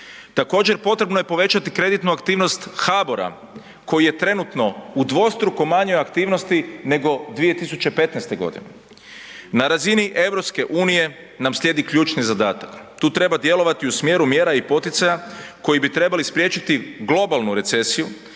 Također potrebno je povećati kreditnu aktivnost HABOR-a koji je trenutno u dvostruko manjoj aktivnosti nego 2015. godine. Na razini EU nam slijedi ključni zadatak. Tu treba djelovati u smjeru mjera i poticaja koji bi trebali spriječiti globalnu recesiju